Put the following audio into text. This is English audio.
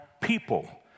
people